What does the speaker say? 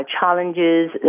challenges